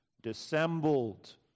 dissembled